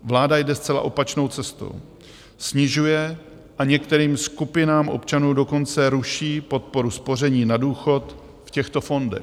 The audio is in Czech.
Vláda jde zase zcela opačnou cestou, snižuje a některým skupinám občanů dokonce ruší podporu spoření na důchod v těchto fondech.